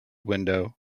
window